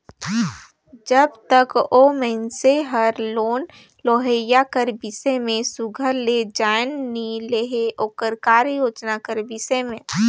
जब तक ओ मइनसे हर लोन लेहोइया कर बिसे में सुग्घर ले जाएन नी लेहे ओकर कारयोजना कर बिसे में